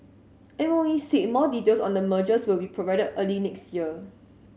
M O E said more details on the mergers will be provided early next year